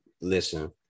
listen